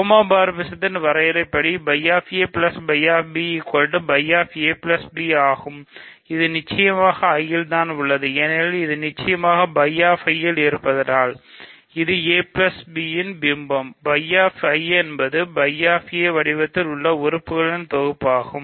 ஹோமோமார்பிசத்தின் வரையறையின்படி φ வடிவத்தின் உறுப்புகளின் தொகுப்பாகும்